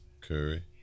Curry